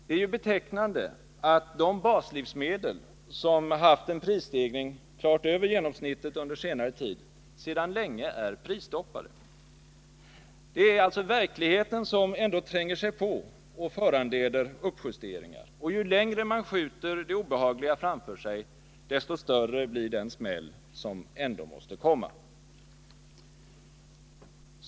Det är betecknande att de baslivsmedel som under senare tid haft en prisstegring klart över genomsnittet är prisstoppade sedan länge. Verkligheten tränger sig ändå på och föranleder uppjusteringar. Och ju längre man skjuter det obehagliga framför sig, desto större blir den smäll som ändå måste komma.